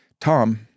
Tom